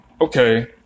okay